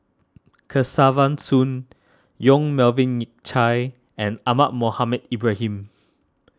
Kesavan Soon Yong Melvin Yik Chye and Ahmad Mohamed Ibrahim